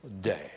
day